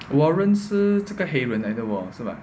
warren 是这个黑人来的喔是吗